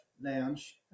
lounge